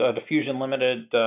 diffusion-limited